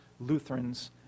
Lutherans